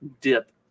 dip